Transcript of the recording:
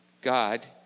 God